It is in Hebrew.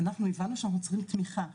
אנחנו הבנו שאנחנו צריכים תמיכה,